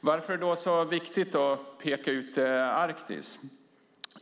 Varför är det då så viktigt att peka ut Arktis?